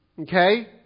Okay